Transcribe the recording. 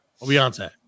Beyonce